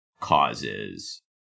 causes